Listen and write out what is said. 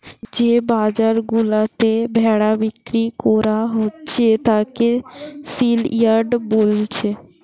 যে বাজার গুলাতে ভেড়া বিক্রি কোরা হচ্ছে তাকে সেলইয়ার্ড বোলছে